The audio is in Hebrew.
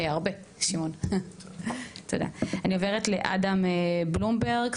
אני עוברת לאדם בלומנברג,